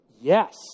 Yes